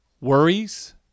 worries